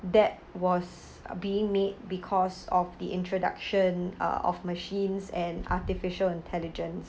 that was being made because of the introduction uh of machines and artificial intelligence